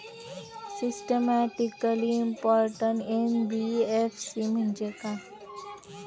Systematically important NBFC म्हणजे काय?